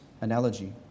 analogy